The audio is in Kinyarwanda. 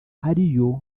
ariyo